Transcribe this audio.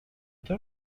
طور